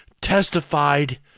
testified